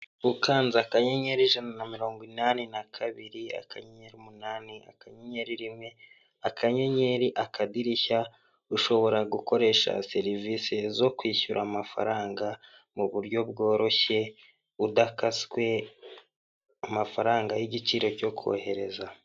Ukanze akanyenyeri ijana na mirongo inani na kabiri, akanyenyeri umunani, akanyenyeri rimwe, akanyenyeri akadirishya, ushobora gukoresha serivisi zo kwishyura amafaranga mu buryo bworoshye, udakaswe amafaranga y'igiciro cyo kohereza.